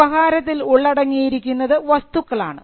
വ്യവഹാരത്തിൽ ഉള്ളടങ്ങിയിരിക്കുന്നത് വസ്തുക്കളാണ്